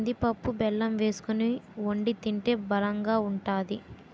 కందిపప్పు బెల్లం వేసుకొని వొండి తింటే బలంగా ఉంతాది